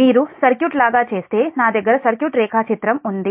మీరు సర్క్యూట్ లాగా చేస్తే నా దగ్గర సర్క్యూట్ రేఖాచిత్రం ఉంది